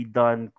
done